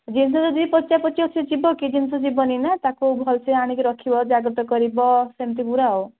ଜିନିଷ ଯଦି ପଚା ପଚି ଆସୁଛି ଯିବ କି ଜିନିଷ ଯିବନି ନା ତାକୁ ଭଲ ସେ ଆଣିକି ରଖିବ ଜାଗ୍ରତ କରିବ ସେମିତି ପୁରା ଆଉ